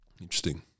Interesting